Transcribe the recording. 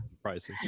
prices